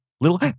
little